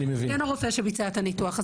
זה כן הרופא שביצע את הניתוח.